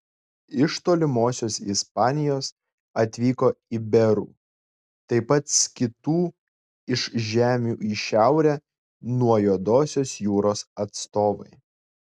iš tolimosios ispanijos atvyko iberų taip pat skitų iš žemių į šiaurę nuo juodosios jūros atstovai